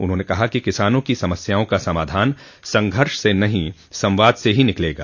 उन्होंने कहा किसानों की समस्याओं का समाधान संघर्ष से नही संवाद से ही निकलेगा